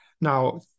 Now